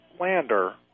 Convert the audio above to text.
lander